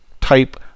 type